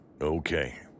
Okay